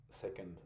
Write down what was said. second